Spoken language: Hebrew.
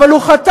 אבל הוא חתם.